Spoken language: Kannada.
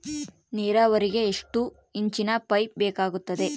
ನೇರಾವರಿಗೆ ಎಷ್ಟು ಇಂಚಿನ ಪೈಪ್ ಬೇಕಾಗುತ್ತದೆ?